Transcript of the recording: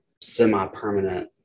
semi-permanent